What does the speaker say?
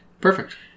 Perfect